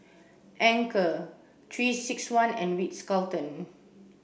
anchor three six one and Ritz Carlton